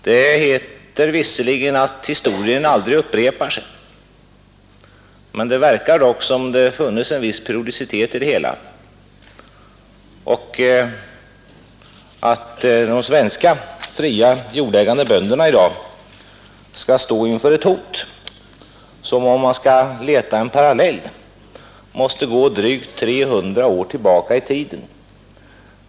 Det heter visserligen att historien aldrig upprepar sig, men det verkar ändock som om det funnes en viss periodicitet i det hela och att de svenska fria jordägande bönderna i dag står inför ett hot, där man för att finna en parallell får gå drygt 300 år tillbaka i tiden.